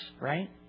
right